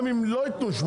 גם אם ייתנו 0